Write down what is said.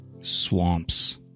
Swamps